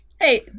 hey